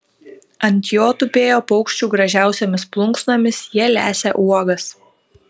ant jo tupėjo paukščių gražiausiomis plunksnomis jie lesė uogas